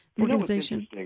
organization